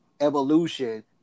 evolution